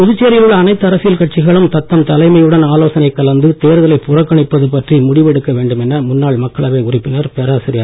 புதுச்சேரியில் உள்ள அனைத்து அரசியல் கட்சிகளும் தத்தம் தலைமையுடன் ஆலோசனை கலந்து தேர்தலைப் புறக்கணிப்பது பற்றி முடிவெடுக்க வேண்டுமென முன்னாள் மக்களவை உறுப்பினர் பேராசிரியர்